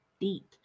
deep